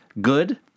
good